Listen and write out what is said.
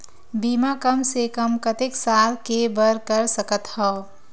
बीमा कम से कम कतेक साल के बर कर सकत हव?